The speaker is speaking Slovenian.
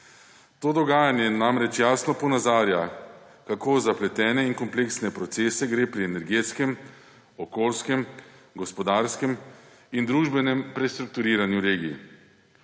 To dogajanje namreč jasno ponazarja, za kako zapletene in kompleksne procese gre pri energetskem, okoljskem, gospodarskem in družbenem prestrukturiranju regij.